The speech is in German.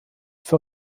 für